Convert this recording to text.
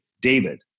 David